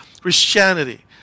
christianity